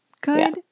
Good